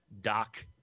Doc